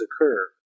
occur